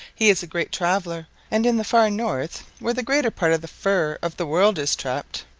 he is a great traveler, and in the far north where the greater part of the fur of the world is trapped,